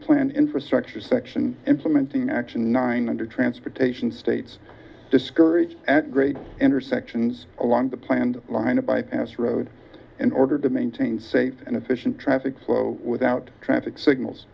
plan infrastructure section implementing action nine hundred transportation states discourage at great intersections along the planned line a bypass road in order to maintain safe and efficient traffic flow without traffic signals